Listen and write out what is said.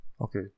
Okay